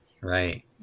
right